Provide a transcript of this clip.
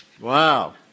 Wow